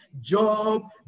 Job